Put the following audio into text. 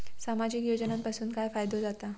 सामाजिक योजनांपासून काय फायदो जाता?